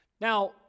Now